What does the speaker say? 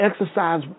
exercise